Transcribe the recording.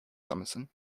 summerson